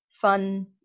fun